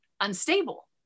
unstable